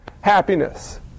happiness